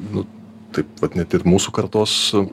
nu taip vat net ir mūsų kartos